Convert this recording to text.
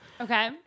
Okay